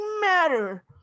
matter